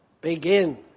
begin